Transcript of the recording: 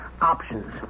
options